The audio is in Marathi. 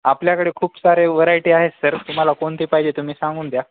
आपल्याकडे खूप सारे व्हरायटी आहेत सर तुम्हाला कोणती पाहिजे तुम्ही सांगून द्या